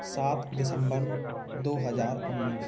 सात दिसंबर दो हजार उन्नीस